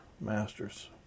masters